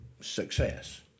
success